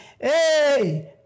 Hey